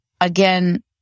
again